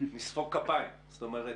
מצד אחד,